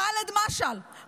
ח'אלד משעל,